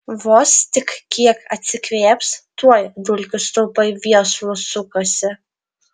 vos tik kiek atsikvėps tuoj dulkių stulpai viesulu sukasi